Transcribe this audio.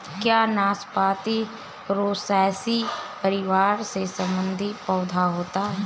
क्या नाशपाती रोसैसी परिवार से संबंधित पौधा होता है?